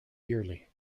yearly